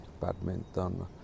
badminton